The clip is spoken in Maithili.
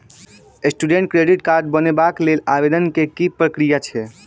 स्टूडेंट क्रेडिट कार्ड बनेबाक लेल आवेदन केँ की प्रक्रिया छै?